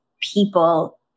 people